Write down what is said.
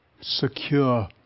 secure